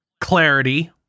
Clarity